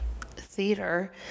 theater